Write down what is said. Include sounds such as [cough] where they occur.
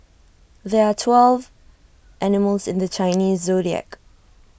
there are twelve animals in the Chinese [noise] zodiac